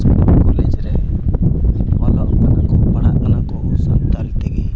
school college ᱨᱮ ᱚᱞᱚᱜ ᱠᱟᱱᱟ ᱠᱚ ᱯᱟᱲᱦᱟᱜ ᱠᱟᱱᱟ ᱠᱚ ᱥᱟᱱᱛᱟᱲᱤ ᱛᱮᱜᱮ